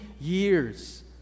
years